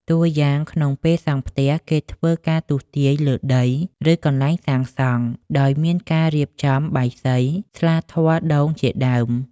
តួយ៉ាង ក្នុងពេលសង់ផ្ទះ គេធ្វើការទស្សន៍ទាយលើដី ឬកន្លែងសាងសង់ ដោយមានការរៀបចំបាយសី ស្លាធម៌ដូងជាដើម។